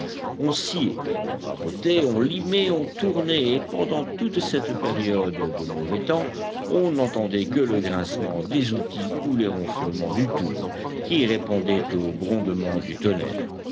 on sciait on rabotait on limait on tournait et pendant toute cette période de mauvais temps on n'entendait que le grincement des outils ou les ronflements du tour qui répondaient aux grondements du tonnerre